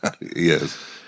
Yes